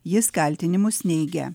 jis kaltinimus neigia